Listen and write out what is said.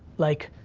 like,